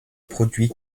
produit